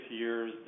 years